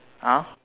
ah